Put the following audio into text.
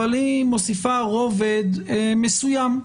אבל היא מוסיפה רובד מסוים.